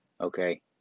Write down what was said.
Okay